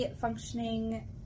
functioning